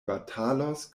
batalos